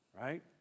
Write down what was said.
Right